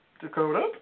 Dakota